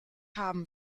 haben